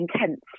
intense